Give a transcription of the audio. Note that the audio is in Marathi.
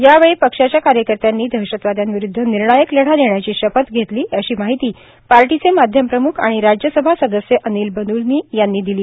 यावेळी पक्षाच्या कार्यकर्त्यांनी दहशतवाद्याविरूध्द निर्णायक लढा देण्याची शपथ घेतली अशी माहिती पार्टीचे माध्यम प्रम्ख आणि राज्यसभा सदस्य अनिल बलूनी यांनी दिली